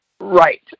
Right